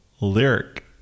lyric